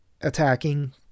Attacking